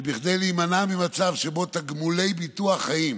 שכדי להימנע ממצב שבו תגמולי ביטוח חיים